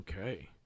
Okay